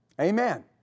Amen